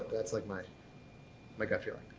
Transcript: that's like my my gut feeling.